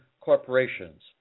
corporations